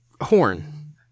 horn